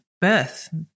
birth